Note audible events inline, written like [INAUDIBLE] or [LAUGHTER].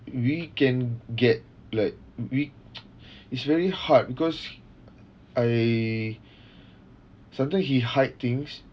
we can get like we [NOISE] [BREATH] it's very hard because I sometime he hide things